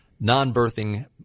non-birthing